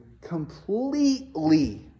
completely